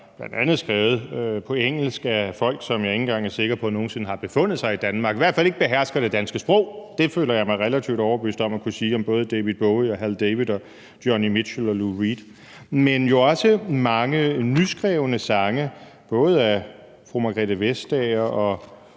bl.a. er skrevet på engelsk af folk, som jeg ikke engang er sikker på nogen sinde har befundet sig i Danmark – i hvert fald behersker de ikke det danske sprog; det føler jeg mig relativt overbevist om at kunne sige om både David Bowie, Hal David, Jonny Mitchell og Lou Reed – men jo også mange nyskrevne sange af både fru Margrethe Vestager,